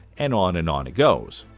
and on and on it goes.